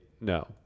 No